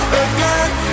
again